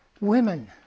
women